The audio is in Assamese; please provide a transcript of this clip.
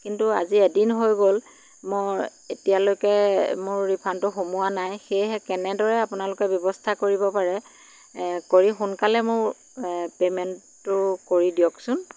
কিন্তু আজি এদিন হৈ গ'ল মোৰ এতিয়ালৈকে মোৰ ৰিফাণ্ডটো সোমোৱা নাই সেয়েহে কেনেদৰে আপোনালোকে ব্যৱস্থা কৰিব পাৰে এ কৰি সোনকালে মোৰ এ পে'মেণ্টটো কৰি দিয়কচোন